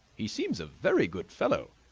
he seems a very good fellow,